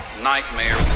Nightmare